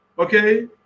Okay